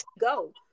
go